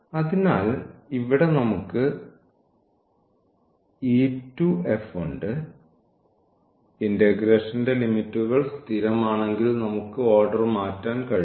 അതിനാൽ ഇവിടെ നമുക്ക് e to f ഉണ്ട് ഇന്റഗ്രേഷന്റെ ലിമിറ്റുകൾ സ്ഥിരമാണെങ്കിൽ നമുക്ക് ഓർഡർ മാറ്റാൻ കഴിയും